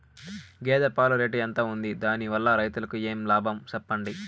గేదె పాలు రేటు ఎంత వుంది? దాని వల్ల రైతుకు ఏమేం లాభాలు సెప్పండి?